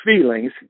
feelings